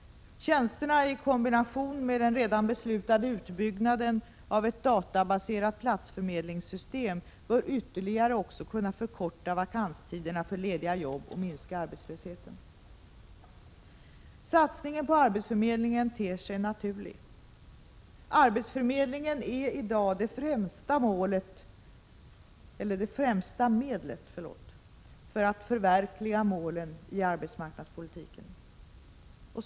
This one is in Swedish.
Tjänsterna i kombination med den redan beslutade utbyggnaden av ett databaserat platsförmedlingssystem bör ytterligare kunna förkorta vakanstiderna för lediga jobb och minska arbetslösheten. Satsningen på arbetsförmedlingen ter sig naturlig. Arbetsförmedlingen är i dag det främsta medlet för att förverkliga målen i arbetsmarknadspolitiken.